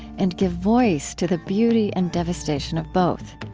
and give voice to the beauty and devastation of both.